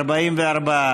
44,